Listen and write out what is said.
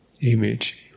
image